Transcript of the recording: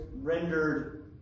rendered